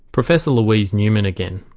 professor louise newman again.